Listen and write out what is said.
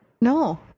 No